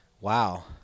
Wow